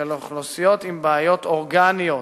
ולאוכלוסיות עם בעיות אורגניות.